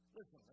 Listen